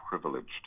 privileged